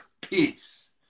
peace